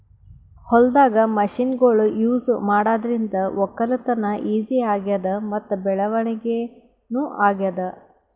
ಹೊಲ್ದಾಗ್ ಮಷಿನ್ಗೊಳ್ ಯೂಸ್ ಮಾಡಾದ್ರಿಂದ ವಕ್ಕಲತನ್ ಈಜಿ ಆಗ್ಯಾದ್ ಮತ್ತ್ ಬೆಳವಣಿಗ್ ನೂ ಆಗ್ಯಾದ್